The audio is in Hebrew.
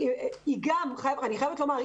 אני חייבת לומר,